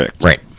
Right